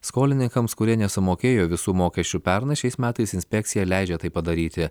skolininkams kurie nesumokėjo visų mokesčių pernai šiais metais inspekcija leidžia tai padaryti